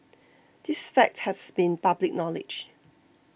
this fact has been public knowledge